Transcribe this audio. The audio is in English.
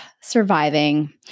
surviving